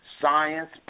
science